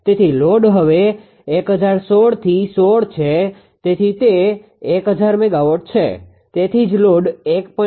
તેથી લોડ હવે 1016 16 છે તેથી તે 1000 મેગાવોટ છે તેથી જ લોડ 1